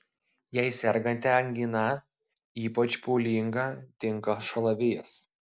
jei sergate angina ypač pūlinga tinka šalavijas